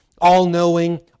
all-knowing